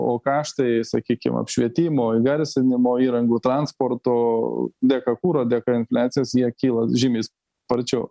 o kaštai sakykim apšvietimo įgarsinimo įrangų transporto dėka kuro dėka infliacijos jie kyla žymiai sparčiau